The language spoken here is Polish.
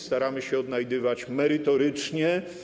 Staramy się odnajdywać merytorycznie.